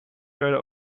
werden